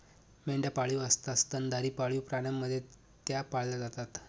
मेंढ्या पाळीव असतात स्तनधारी पाळीव प्राण्यांप्रमाणे त्या पाळल्या जातात